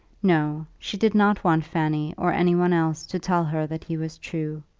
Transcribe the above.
no she did not want fanny or any one else to tell her that he was true.